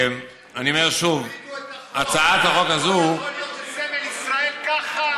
זה לא יכול להיות שסמל ישראל, ככה